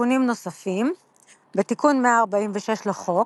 תיקונים נוספים בתיקון 146 לחוק,